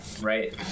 right